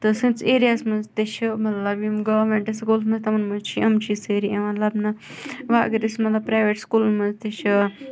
تہٕ سٲنِس ایریاہَس مَنٛز تہِ چھُ مَطلَب یِم گامینٹ سکوٗلَس مَنٛز تِمَن مَنٛز چھِ یِم چیٖز سٲری یِوان لَبنہٕ وَ اَگَر أسۍ مَطلَب پرایویٹ سکوٗلَن مَنٛز تہِ چھِ